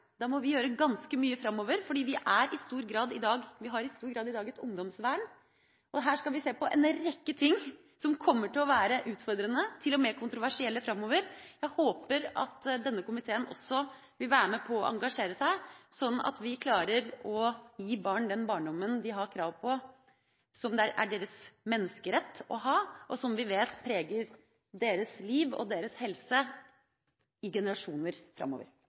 Da må vi gjøre ganske mye framover, for vi har i stor grad i dag et ungdomsvern. Her skal vi se på en rekke ting som kommer til å være utfordrende – til og med kontroversielle – framover. Jeg håper at denne komiteen også vil være med på å engasjere seg, sånn at vi klarer å gi barn den barndommen de har krav på, som det er deres menneskerett å ha, og som vi vet preger deres liv og deres helse i generasjoner framover.